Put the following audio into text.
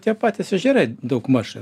tie patys ežerai daugmaž